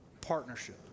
partnership